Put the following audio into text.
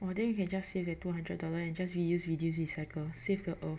orh then you can just save that two hundred dollars and just reuse reduce recycle save the earth